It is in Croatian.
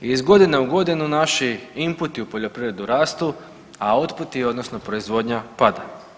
Iz godine u godinu naši inputi u poljoprivredi rastu, a outputi odnosno proizvodnja pada.